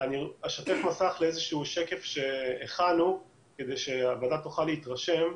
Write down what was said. אשתף מסך לאיזשהו שקף שהכנו כדי שהוועדה תוכל להתרשם.